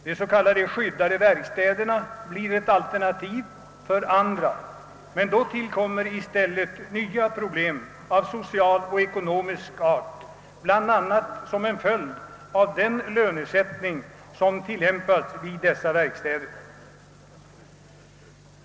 De s.k. skyddade verkstäderna blir ett alternativ för andra, men då tillkommer i stället nya problem av social och ekonomisk art, bl.a. som en följd av den lönesättning som tillämpas vid dessa verkstäder.